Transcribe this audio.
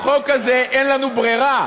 החוק הזה, אין לנו ברירה.